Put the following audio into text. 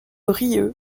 rieu